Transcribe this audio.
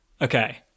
Okay